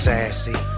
Sassy